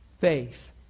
faith